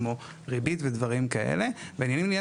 כמו ריבית ודברים כאלה; ועניינים לעניין